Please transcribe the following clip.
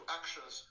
actions